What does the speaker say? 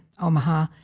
Omaha